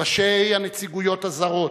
ראשי הנציגויות הזרות,